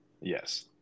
Yes